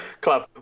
club